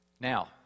Now